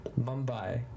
Mumbai